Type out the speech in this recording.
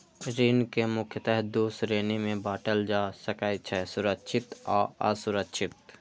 ऋण कें मुख्यतः दू श्रेणी मे बांटल जा सकै छै, सुरक्षित आ असुरक्षित